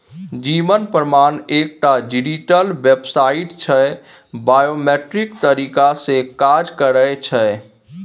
जीबन प्रमाण एकटा डिजीटल बेबसाइट छै बायोमेट्रिक तरीका सँ काज करय छै